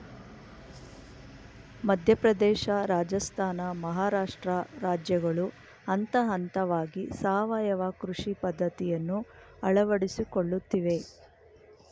ಮಧ್ಯಪ್ರದೇಶ, ರಾಜಸ್ಥಾನ, ಮಹಾರಾಷ್ಟ್ರ ರಾಜ್ಯಗಳು ಹಂತಹಂತವಾಗಿ ಸಾವಯವ ಕೃಷಿ ಪದ್ಧತಿಯನ್ನು ಅಳವಡಿಸಿಕೊಳ್ಳುತ್ತಿವೆ